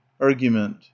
Argument